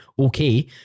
okay